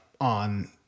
on